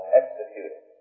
executed